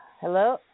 Hello